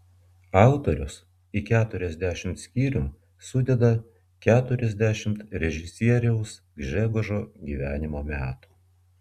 autorius į keturiasdešimt skyrių sudeda keturiasdešimt režisieriaus gžegožo gyvenimo metų